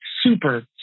super